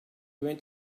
went